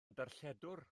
darlledwr